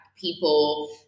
people